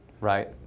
right